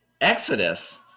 Exodus